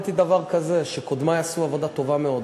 למדתי דבר כזה: שקודמי עשו עבודה טובה מאוד.